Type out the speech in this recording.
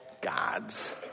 gods